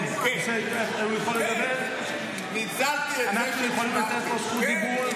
הבן אדם יושב פה בצורה מזלזלת וצועק כמו תגרן בשוק.